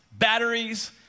batteries